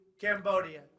Cambodia